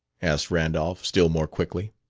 asked randolph, still more quickly.